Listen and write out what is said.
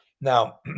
Now